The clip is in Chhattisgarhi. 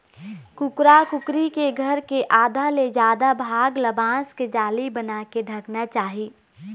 कुकरा कुकरी के घर के आधा ले जादा भाग ल बांस के जाली बनाके ढंकना चाही